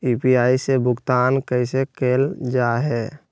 UPI से भुगतान कैसे कैल जहै?